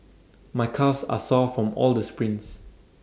my calves are sore from all the sprints